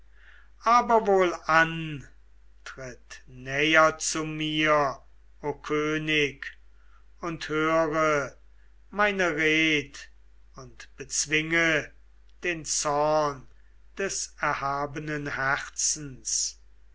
aber wohlan tritt näher zu mir o könig und höre meine red und bezwinge den zorn des erhabenen herzens